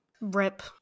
Rip